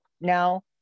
now